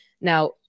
now